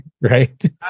Right